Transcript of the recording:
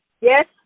Yes